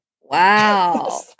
Wow